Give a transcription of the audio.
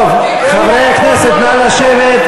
טוב, חברי הכנסת, נא לשבת.